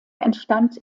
entstand